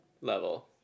Level